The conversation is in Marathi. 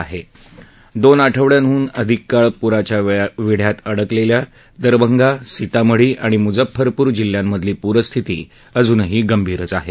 गेल्या दोन आठवड्याहून अधिक काळ पुराच्या वेढ्यात अडकलेल्या दारभंगा सितामढी आणि मुजफ्फरपूर जिल्ह्यांमधली पूरस्थिती अजूनही गंभीरच आहे